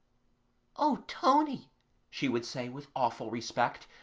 o tony she would say with awful respect,